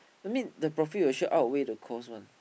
I mean the profit will sure outweigh the cost one